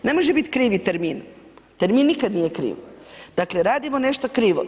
Ne može biti krivi termin, termin nikad nije kriv, dakle radimo nešto krivo.